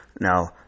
Now